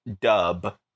dub